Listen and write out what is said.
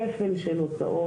כפל של הוצאות.